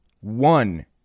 one